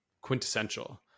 quintessential